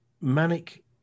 manic